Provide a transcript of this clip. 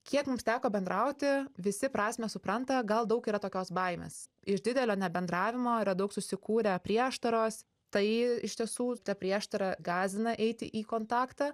kiek mums teko bendrauti visi prasmę supranta gal daug yra tokios baimės iš didelio nebendravimo yra daug susikūrę prieštaros tai iš tiesų ta prieštara gąsdina eiti į kontaktą